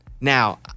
now